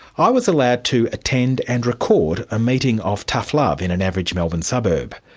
i was allowed to attend and record a meeting of tough love in an average melbourne suburb.